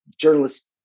journalists